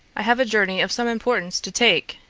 i have a journey of some importance to take,